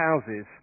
houses